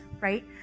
right